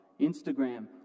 Instagram